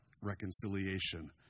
reconciliation